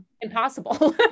impossible